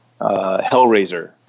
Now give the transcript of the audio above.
Hellraiser